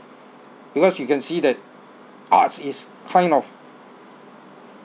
because you can see that arts is kind of